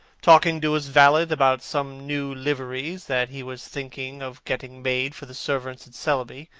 talking to his valet about some new liveries that he was thinking of getting made for the servants at selby,